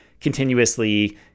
continuously